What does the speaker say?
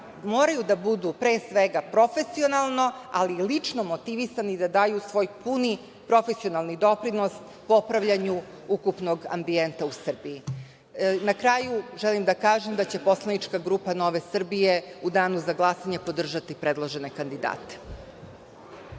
moraju da budu, pre svega, profesionalno, ali i lično motivisani, da daju svoj puni profesionalni doprinos popravljanju ukupnog ambijenta u Srbiji. Na kraju, želim da kažem da će Poslanička grupa Nove Srbije u danu za glasanje podržati predložene kandidate.